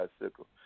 bicycle